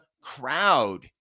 crowd